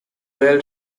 whale